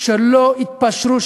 שלא התפשרו,